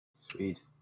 Sweet